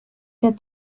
der